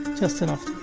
just enough to